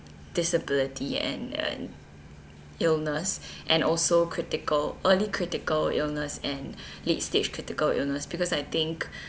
disability and and illness and also critical early critical illness and late stage critical illness because I think